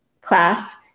class